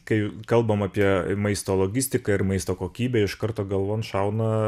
kai kalbam apie maisto logistiką ir maisto kokybę iš karto galvon šauna